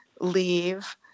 leave